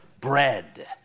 bread